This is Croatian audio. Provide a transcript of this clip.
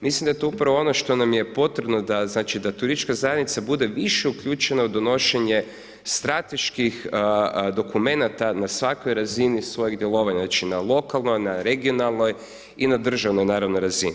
Mislim da je to upravo ono što nam je potrebno da, znači, da turistička zajednica bude više uključena u donošenje strateških dokumenata na svakoj razini svojeg djelovanja, znači na lokalnoj, na regionalnoj i na državnoj, naravno razini.